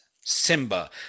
Simba